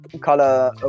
color